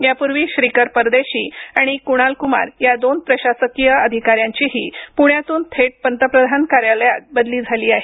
यापूर्वी श्रीकर परदेशी आणि कुणाल कुमार या दोन प्रशासकीय अधिकाऱ्यांचीही प्ण्यातून थेट पंतप्रधान कार्यालयात बदली झाली आहे